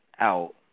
out